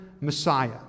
Messiah